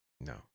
No